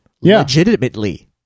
legitimately